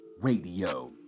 Radio